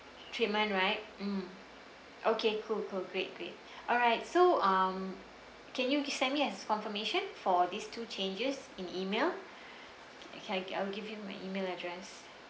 treatment right mm okay cool cool great great alright so um can you please send me as confirmation for these two changes in email okay I will give you my email address